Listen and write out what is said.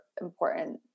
important